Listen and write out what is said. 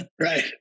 Right